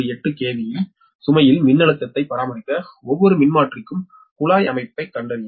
8 KV இல் சுமையில் மின்னழுத்தத்தை பராமரிக்க ஒவ்வொரு மின்மாற்றிக்கும் குழாய் அமைப்பைக் கண்டறியவும்